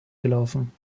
gelaufen